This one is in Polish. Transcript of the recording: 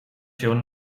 się